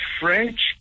French